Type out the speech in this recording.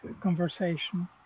conversation